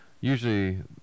usually